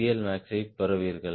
எல்மாக்ஸைப் பெறுவீர்கள்